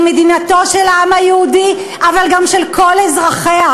היא מדינתו של העם היהודי אבל גם של כל אזרחיה.